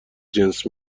جنس